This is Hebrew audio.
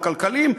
הכלכליים,